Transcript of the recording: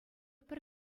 пӗр